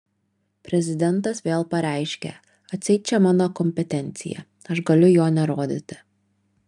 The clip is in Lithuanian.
prezidentas vėl pareiškia atseit čia mano kompetencija aš galiu jo nerodyti